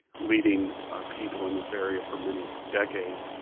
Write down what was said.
leading people in this area for many decades.